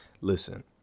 Listen